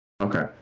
Okay